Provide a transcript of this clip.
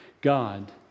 God